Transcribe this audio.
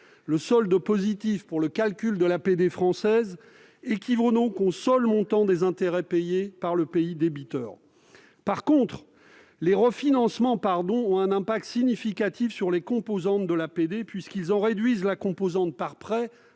Le solde positif pour le calcul de l'APD française équivaut donc au seul montant des intérêts payés par le pays débiteur. En revanche, les refinancements par dons ont un effet significatif sur les composantes de l'APD, puisqu'ils en réduisent la composante par prêts